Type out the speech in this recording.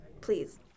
please